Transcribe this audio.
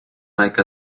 like